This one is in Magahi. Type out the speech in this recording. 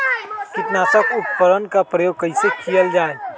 किटनाशक उपकरन का प्रयोग कइसे कियल जाल?